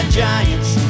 giants